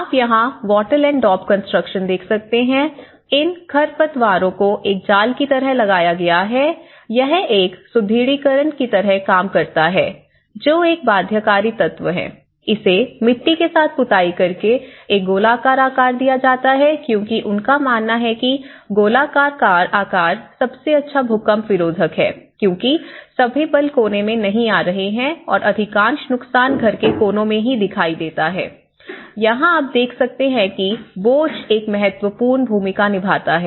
आप यहां wattle and daub construction देख सकते हैं इन खरपतवारों को एक जाल की तरह लगाया गया है यह एक सुदृढीकरण की तरह काम करता है जो एक बाध्यकारी तत्व है इसे मिट्टी के साथ पुताई करके एक गोलाकार आकार दिया जाता है क्योंकि उनका मानना है कि गोलाकार आकार सबसे अच्छा भूकंप विरोधी है क्योंकि सभी बल कोने में नहीं आ रहे हैं और अधिकांश नुकसान घर के कोनों में ही दिखाई देता है यहां आप देख सकते हैं कि बोझ एक महत्वपूर्ण भूमिका निभाता है